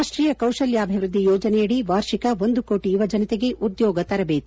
ರಾಷ್ಷೀಯ ಕೌಶಲ್ಕಾಭಿವೃದ್ದಿ ಯೋಜನೆಯಡಿ ವಾರ್ಷಿಕ ಒಂದು ಕೋಟಿ ಯುವ ಜನತೆಗೆ ಉದ್ಯೋಗ ತರಬೇತಿ